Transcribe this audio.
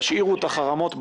תשאירו את החרמות בצד.